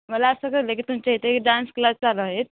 मला असं कळलं आहे की तुमच्या इथे डान्स क्लास चालू आहेत